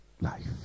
life